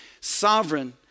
sovereign